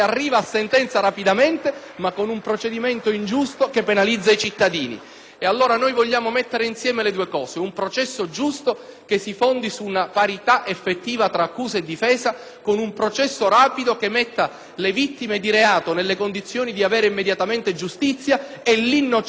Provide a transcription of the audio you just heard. il Governo intende mettere insieme le due cose: un processo giusto, che si fondi su una parità effettiva tra accusa e difesa, con un processo rapido, che metta le vittime di reato nelle condizioni di avere immediatamente giustizia e l'innocente di avere restituito immediatamente l'onore, proprio perché il processo è già una pena.